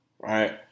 right